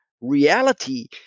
reality